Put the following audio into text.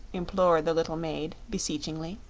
implored the little maid, beseechingly.